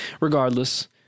Regardless